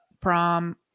prom